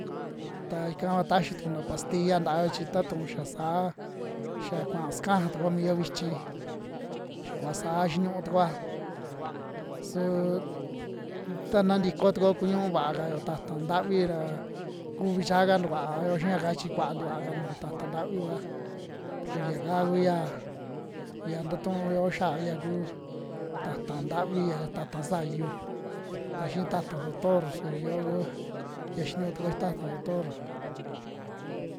Ta ika kua taxi tukuna pastilla ntayo chi ta tuu xa saa, xa kuaa sakaja tukuo mio vichi, xa kuva saa xiniñuu tukuoa suu tana ntiko tukuo kuñuu vaa kao ta'ta ntavi ra, kuvi chaa ka tuvao xia'ka chi kuaa tikua ka nuju ta'ta ntavi vua, su yaka kuya xia ntatuuyo xiaa ya kuu ta'ta ntavi ya ta'ta sayu, ta xii ta'ta doctor su ya yoo ku ya xiniñuu tukuo xii ta'ta doctor.